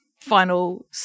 final